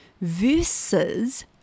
versus